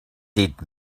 did